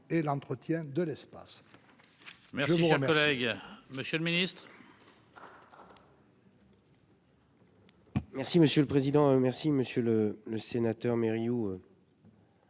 et l'entretien de l'espace.